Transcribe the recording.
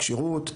כשירות,